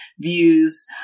views